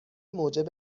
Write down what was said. موجب